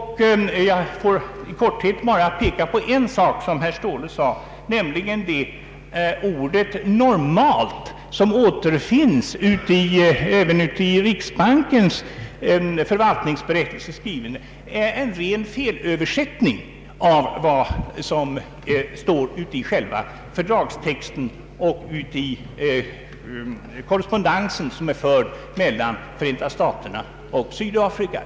Låt mig bara i korthet peka på en sak som herr Ståhle nämnde, Jag vill fästa uppmärksamheten på att'ordet ”normalt”, som återfinns även i riksbankens förvaltningsberättelses skrivning, är en ren felöversättning av vad som står i fördragstexten och i den korrespondens som förts mellan Förenta staterna och Sydafrika.